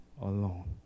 alone